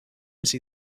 see